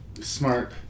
smart